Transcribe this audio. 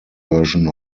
version